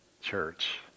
Church